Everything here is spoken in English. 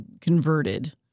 converted